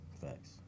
facts